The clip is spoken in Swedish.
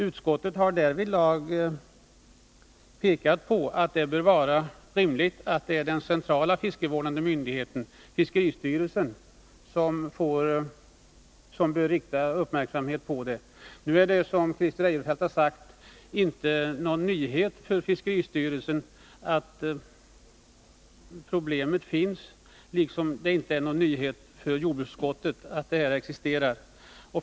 Utskottet har pekat på att det bör vara den centrala fiskevårdande myndigheten, fiskeristyrelsen, som riktar uppmärksamheten på behovet av åtgärder. Nu är det, som Christer Eirefelt sade, inte någon nyhet för fiskeristyrelsen att problemet finns, liksom det inte heller är någon nyhet för jordbruksutskottet.